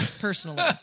personally